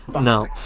No